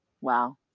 Wow